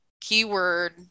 keyword